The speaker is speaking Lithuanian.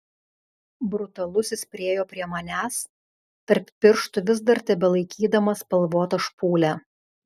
brutalusis priėjo prie manęs tarp pirštų vis dar tebelaikydamas spalvotą špūlę